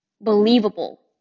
believable